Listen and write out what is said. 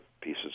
pieces